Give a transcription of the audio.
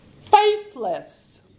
Faithless